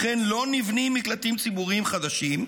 לכן לא נבנים מקלטים ציבוריים חדשים,